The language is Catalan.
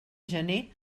gener